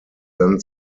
then